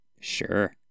sure